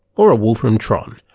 or a wall from tron.